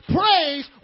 praise